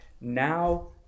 now